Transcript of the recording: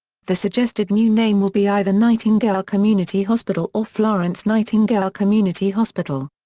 the suggested new name will be either nightingale community hospital or florence nightingale community hospital.